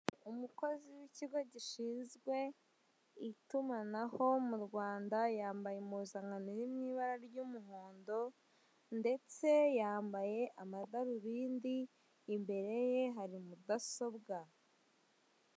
Umukozi w'ikigo gishinzwe itumanaho mu Rwanda yambaye impuzankano iri mu ibara ry'umuhondo, ndetse yambaye amadarubindi, imbere ye hari mudasobwa.